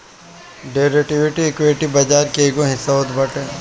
derivative, equity बाजार के एगो हिस्सा होत बाटे